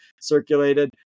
circulated